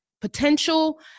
potential